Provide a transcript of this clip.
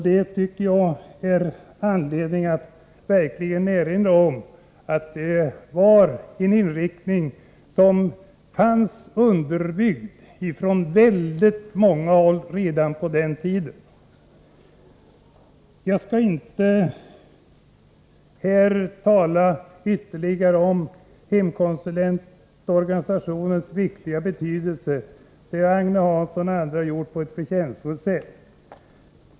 Det finns verkligen anledning att erinra om att denna inriktning omfattades av väldigt många av oss redan på den tiden. Jag skall inte här tala ytterligare om hemkonsulentorganisationens stora betydelse. Det har Agne Hansson och andra gjort på ett förtjänstfullt sätt.